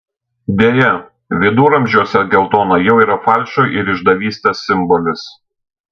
deja viduramžiuose geltona jau yra falšo ir išdavystės simbolis